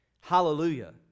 Hallelujah